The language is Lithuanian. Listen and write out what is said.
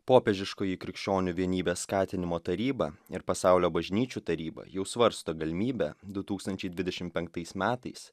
popiežiškoji krikščionių vienybės skatinimo taryba ir pasaulio bažnyčių taryba jau svarsto galimybę du tūkstančiai dvidešimt penktais metais